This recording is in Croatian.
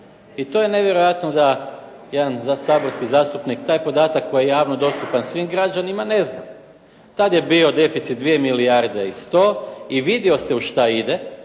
I to je nevjerojatno da jedan saborski zastupnik taj podatak koji je javno dostupan svim građanima ne zna. Tad je bio deficit 2 milijarde i 100 i vidio se u šta ide,